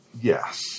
Yes